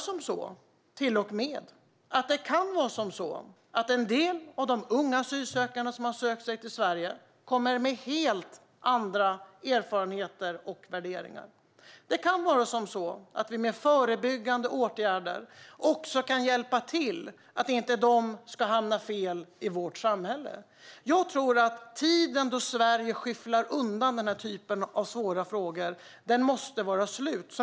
Det kan till och med vara så att en del av de unga asylsökande som har sökt sig till Sverige kommer med helt andra erfarenheter och värderingar. Med förebyggande åtgärder kan vi kanske hjälpa till så att de inte ska hamna fel i vårt samhälle. Tiden då Sverige skyfflar undan denna typ av svåra frågor måste vara slut.